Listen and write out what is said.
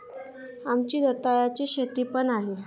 आमची रताळ्याची शेती पण आहे